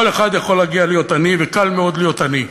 כל אחד יכול להגיע להיות עני, וקל מאוד להיות עני.